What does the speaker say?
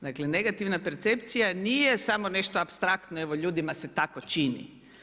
Dakle, negativna percepcija nije samo nešto apstraktno, evo ljudima se tako čini.